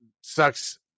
sucks